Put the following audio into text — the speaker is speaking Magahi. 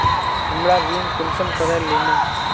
हमरा ऋण कुंसम करे लेमु?